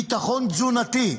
ביטחון תזונתי.